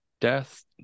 death